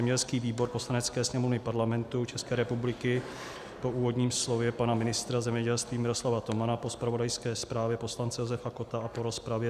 Zemědělský výbor Poslanecké sněmovny Parlamentu České republiky po úvodním slově pana ministra zemědělství Miroslava Tomana, po zpravodajské zprávě poslance Josefa Kotta a po rozpravě